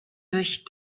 durch